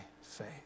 faith